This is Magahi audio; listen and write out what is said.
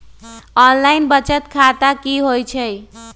ऑनलाइन बचत खाता की होई छई?